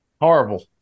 Horrible